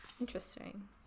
Interesting